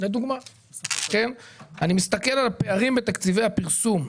אני מסתכל על הפערים בתקציבי הפרסום: